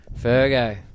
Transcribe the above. Fergo